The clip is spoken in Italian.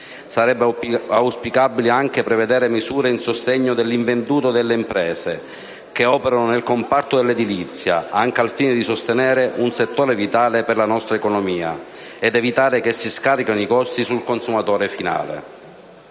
Sarebbe auspicabile anche prevedere misure a sostegno dell'invenduto delle imprese che operano nel comparto dell'edilizia, anche al fine di sostenere un settore vitale per la nostra economia ed evitare che si scarichino i costi sul consumatore finale.